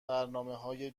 برنامههای